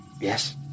Yes